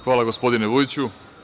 Hvala, gospodine Vujiću.